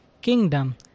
kingdom